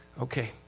Okay